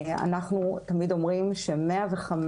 אנחנו תמיד אומרים ש-105,